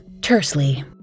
tersely